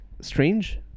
strange